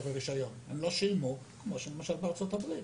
ורישיון והם לא שילמו כמו שבארצות-הברית.